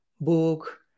book